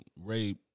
rape